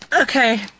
Okay